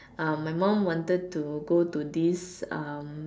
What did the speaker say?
uh my mom wanted to go to this um